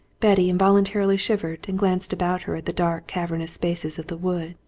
betty involuntarily shivered and glanced about her at the dark cavernous spaces of the wood,